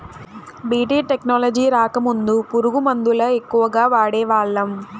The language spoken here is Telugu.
బీ.టీ టెక్నాలజీ రాకముందు పురుగు మందుల ఎక్కువగా వాడేవాళ్ళం